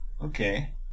Okay